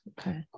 Okay